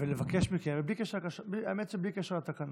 ולבקש מכם, האמת שבלי קשר לתקנון,